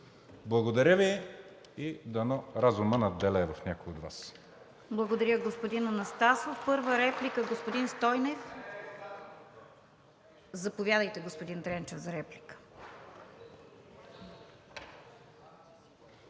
Благодаря Ви и дано разумът надделее в някой от Вас.